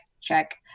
check